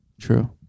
true